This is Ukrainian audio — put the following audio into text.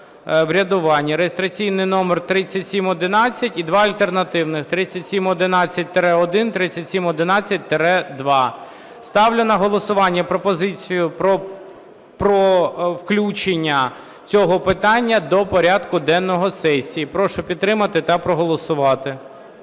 (реєстраційний номер 3711 і два альтернативних – 3711-1, 3711-2). Ставлю на голосування пропозицію про включення цього питання до порядку денного сесії. Прошу підтримати та проголосувати.